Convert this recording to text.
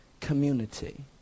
Community